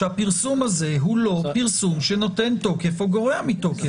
שהפרסום הזה הוא לא פרסום שנותן תוקף או גורע מתוקף.